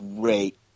great